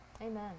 Amen